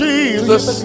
Jesus